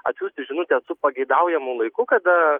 atsiųsti žinutę su pageidaujamu laiku kada